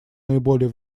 наиболее